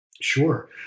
Sure